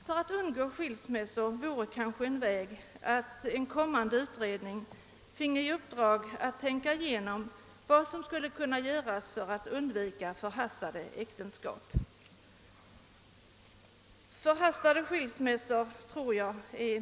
För att undgå skilsmässor vore kanske en väg att en kommande utredning finge i uppdrag att tänka igenom vad som skulle kunna göras för att undvika förhastade äktenskap.